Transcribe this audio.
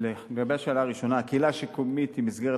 לגבי השאלה הראשונה הקהילה השיקומית היא מסגרת